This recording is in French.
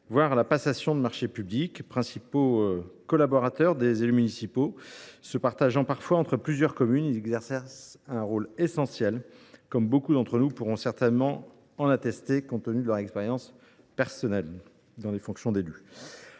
voire à la passation de marchés publics. Principaux collaborateurs des élus municipaux, se partageant parfois entre plusieurs communes, ils exercent un rôle essentiel, comme beaucoup d’entre nous pourront certainement en attester au regard de leur expérience d’élus locaux.